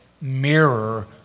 mirror